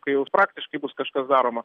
kai jau praktiškai bus kažkas daroma